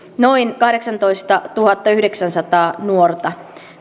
noin kahdeksantoistatuhattayhdeksänsataa nuorta